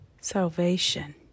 salvation